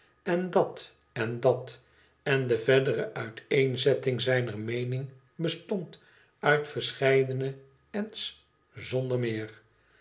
en dat en dat en de verdere uiteenzetting zijner meening bestond uit verscheidene en's zonder meer